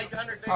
like hundred